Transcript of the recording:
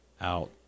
out